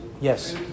Yes